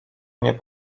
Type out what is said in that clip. mnie